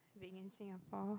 being in Singapore